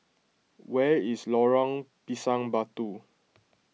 where is Lorong Pisang Batu